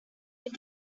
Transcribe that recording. your